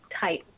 type